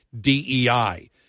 DEI